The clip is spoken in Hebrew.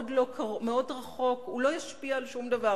מאוד רחוק, הוא לא ישפיע על שום דבר.